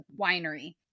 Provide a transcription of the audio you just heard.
Winery